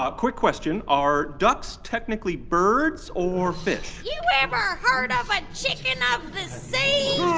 ah quick question. are ducks technically birds or fish? you ever heard of a chicken of the sea?